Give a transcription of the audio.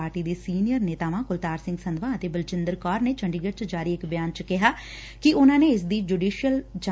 party ਦੇ senior ਨੇਤਾਵਾਂ ਕੁਲਤਾਰ ਸਿੰਘ ਸੰਧਵਾਂ ਅਤੇ ਬਲਜਿੰਦਰ ਕੌਰ ਨੇ ਚੰਡੀਗੜੁ ਚ ਜਾਰੀ ਇਕ ਬਿਆਨ ਚ ਕਿਹੈ ਕਿ ਉਨ੍ਹਾਂ ਦੇ ਇਸ ਦੀ ਜੁਡੀਸ਼ੀਅਲ ਜਾਂਚ ਦੀ ਮੰਗ ਵੀ ਕੀਤੀ ਏ